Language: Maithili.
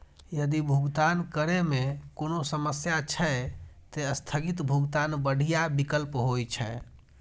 यदि भुगतान करै मे कोनो समस्या छै, ते स्थगित भुगतान बढ़िया विकल्प होइ छै